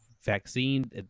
vaccine